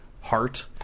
heart